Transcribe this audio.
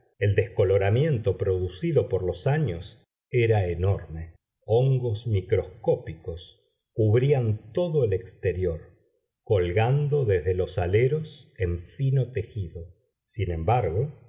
el descoloramiento producido por los años era enorme hongos microscópicos cubrían todo el exterior colgando desde los aleros en fino tejido sin embargo